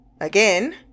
again